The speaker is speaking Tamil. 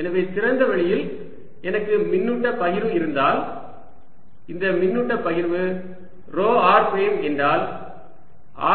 எனவே திறந்தவெளியில் எனக்கு மின்னூட்ட பகிர்வு இருந்தால் இந்த மின்னூட்ட பகிர்வு ρ r பிரைம் என்றால்